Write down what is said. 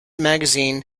magazine